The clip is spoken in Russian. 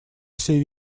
всей